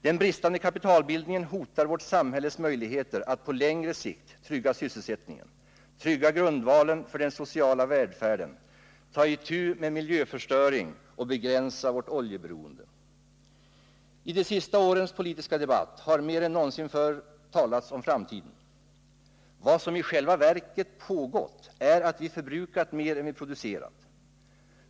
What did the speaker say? Den bristande kapitalbildningen hotar vårt samhälles möjligheter att på längre sikt trygga sysselsättningen, trygga grundvalen för den sociala välfärden, ta itu med miljöförstöring och begränsa vårt oljeberoende. I de senaste årens politiska debatt har det mer än någonsin förut talats om framtiden. Vad som i själva verket pågått är att vi förbrukat mer än vi producerat.